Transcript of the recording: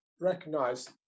recognize